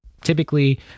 typically